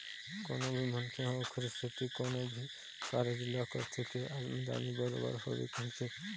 कोनो भी मनखे ह ओखरे सेती कोनो भी कारज ल करथे के आमदानी बरोबर होवय कहिके